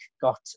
got